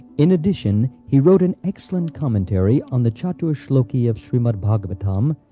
in addition, he wrote an excellent commentary on the chaturshloki of shrimad bhagavatam,